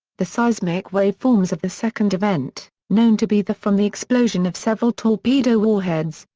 the seismic waveforms of the second event, known to be the from the explosion of several torpedo warheads,